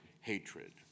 hatred